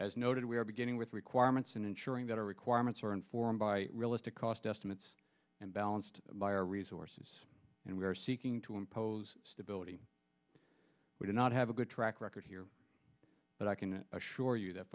as noted we are beginning with requirements in ensuring that our requirements are informed by realistic cost estimates and balanced by our resources and we are seeking to impose stability we do not have a good track record here but i can assure you that